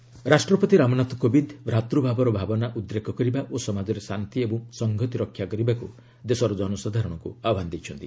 president Jharkhand ରାଷ୍ଟ୍ରପତି ରାମନାଥ କୋବିନ୍ଦ ଭ୍ରାତୃଭାବର ଭାବନା ଉଦ୍ରେକ କରିବା ଓ ସମାଜରେ ଶାନ୍ତି ଏବଂ ସଂହତି ରକ୍ଷା କରିବାକୁ ଦେଶର ଜନସାଧାରଣଙ୍କୁ ଆହ୍ୱାନ ଦେଇଛନ୍ତି